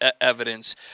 evidence